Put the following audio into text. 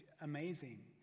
amazing